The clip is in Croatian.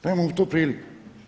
Daje mu tu priliku.